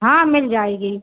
हाँ मिल जाएगी